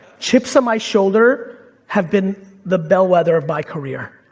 chips on my shoulder have been the bellwether of my career.